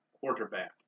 quarterback